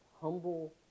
humble